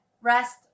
rest